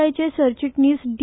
आय चे सरचिटणीस डी